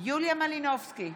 יוליה מלינובסקי,